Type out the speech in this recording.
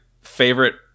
favorite